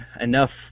enough